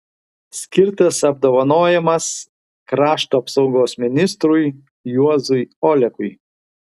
skirtas apdovanojimas krašto apsaugos ministrui juozui olekui